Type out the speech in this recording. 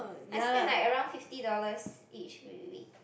I spent like around fifty dollars each wee~ wee~ week